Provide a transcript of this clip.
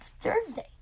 Thursday